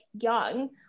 young